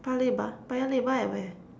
Paya-Lebar Paya-Lebar at where